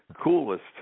coolest